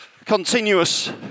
Continuous